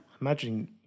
imagine